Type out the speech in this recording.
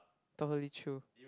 totally true